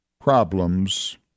Problems